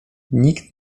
nikt